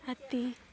ᱦᱟᱹᱛᱤ